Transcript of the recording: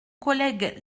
collègue